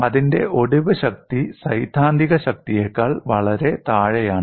അതിന്റെ ഒടിവ് ശക്തി സൈദ്ധാന്തിക ശക്തിയേക്കാൾ വളരെ താഴെയാണ്